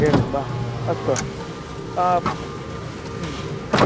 एवं वा अस्तु